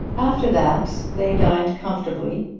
after that they dined comfortably,